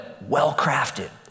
well-crafted